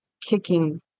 kicking